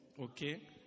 Okay